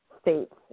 states